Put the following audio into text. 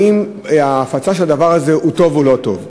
האם ההפצה של הדבר הזה טובה או לא טובה?